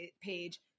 page